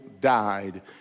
died